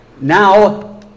now